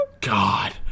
God